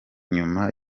nyuma